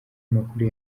makuru